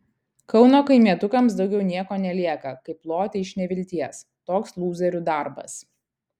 kauno kaimietukams daugiau nieko nelieka kaip loti iš nevilties toks lūzerių darbas